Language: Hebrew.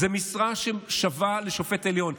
זאת משרה ששווה לשופט עליון.